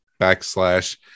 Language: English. backslash